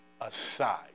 aside